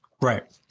Right